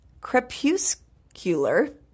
Crepuscular